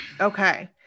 Okay